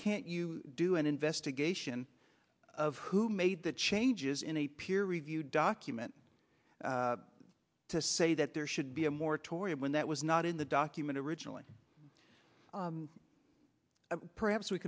can't you do an investigation of who made the changes in a peer reviewed document to say that there should be a moratorium when that was not in the document originally perhaps we